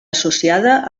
associada